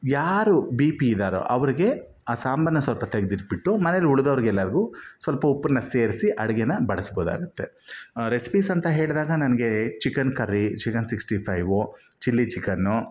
ಯಾರು B P ಇದಾರೋ ಅವ್ರಿಗೆ ಆ ಸಾಂಬರನ್ನ ಸ್ವಲ್ಪ ತೆಗೆದ್ಬಿಟ್ಟು ಮನೆಯಲ್ಲಿ ಉಳಿದವ್ರ್ಗೆಲ್ಲರ್ಗೂ ಸ್ವಲ್ಪ ಉಪ್ಪನ್ನು ಸೇರಿಸಿ ಅಡುಗೇನ ಬಡಸ್ಬೌದಾಗತ್ತೆ ರೆಸಿಪಿಸ್ ಅಂತ ಹೇಳಿದಾಗ ನನಗೆ chicken curry chicken sixty five chilli chicken